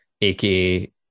AKA